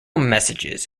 messages